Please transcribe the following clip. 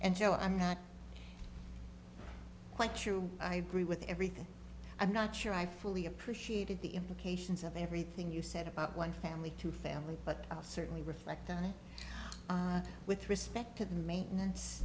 and joe i'm not quite true i brew with everything i'm not sure i fully appreciated the implications of everything you said about one family to family but i'll certainly reflect on it with respect to the maintenance